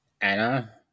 Anna